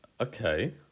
Okay